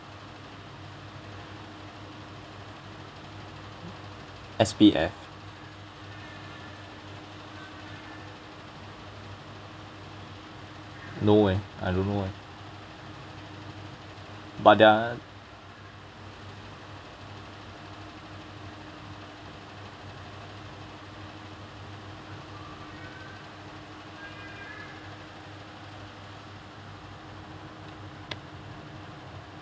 S_P_F no eh I don't know eh but their